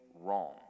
wrong